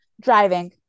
Driving